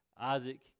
Isaac